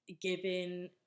given